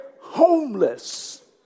homeless